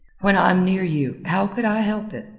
when i'm near you, how could i help it?